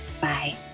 Bye